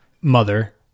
mother